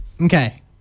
Okay